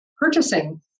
purchasing